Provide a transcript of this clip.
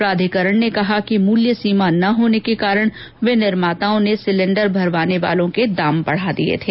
प्राधिकरण ने कहा कि मूल्य सीमा न होने के कारण विनिर्माताओं ने सिलेंडर भरवाने वालों के लिए दाम बढ़ा दिए थे